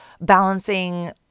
balancing